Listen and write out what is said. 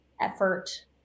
effort